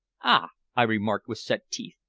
ah! i remarked with set teeth.